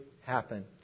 happen